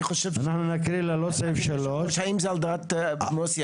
אנחנו נקריא ללא סעיף 3. האם זה על דעת מוסי,